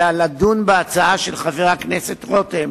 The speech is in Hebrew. אלא לדון בהצעה של חבר הכנסת רותם